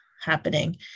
happening